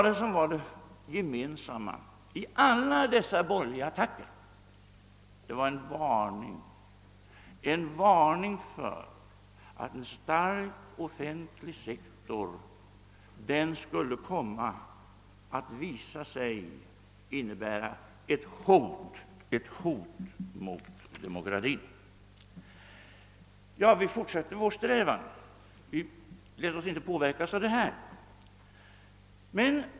Det gemensamma i alla dessa borgerliga attacker var en varning för att en stark offentlig sektor skulle innebära ett hot mot demokratin. Vi fortsatte vår strävan och lät oss inte påverkas av denna kampanj.